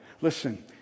Listen